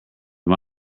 you